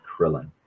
Krillin